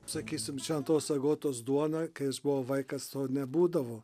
sakysim šventos agotos duona kai aš buvau vaikas to nebūdavo